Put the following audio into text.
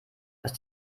dass